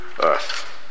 earth